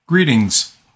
Greetings